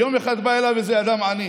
יום אחד בא אליו איזה אדם עני.